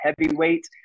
heavyweight